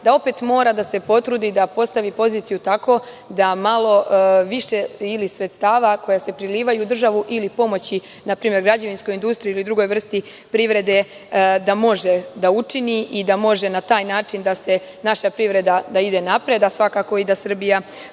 da opet mora da se potvrdi da postavi poziciju tako da malo više ili sredstava koja se prilivaju u državu ili pomoći npr. građevinskoj industriji ili drugoj vrsti privrede da može da učini i da može na taj način da se naša privreda ide napred, a svakako i da Srbija